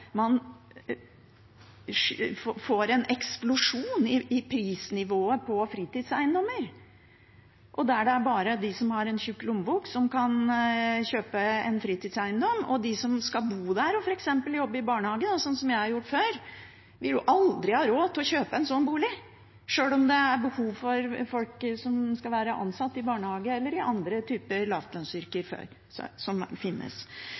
det er bare de som har en tjukk lommebok, som kan kjøpe en fritidseiendom, mens de som skal bo der og f.eks. jobbe i barnehage, sånn som jeg har gjort før, aldri vil ha råd til å kjøpe en sånn bolig, sjøl om det er behov for folk som skal være ansatt i barnehage eller i andre typer lavlønnsyrker som finnes.